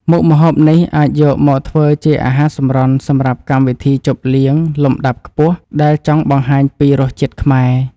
មុខម្ហូបនេះអាចយកមកធ្វើជាអាហារសម្រន់សម្រាប់កម្មវិធីជប់លៀងលំដាប់ខ្ពស់ដែលចង់បង្ហាញពីរសជាតិខ្មែរ។